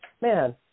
man